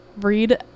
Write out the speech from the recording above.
read